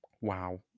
wow